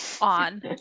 on